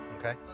Okay